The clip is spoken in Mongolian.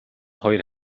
хоёр